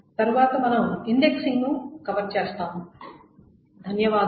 తరువాత మనము ఇండెక్సింగ్ ను కవర్ చేస్తాము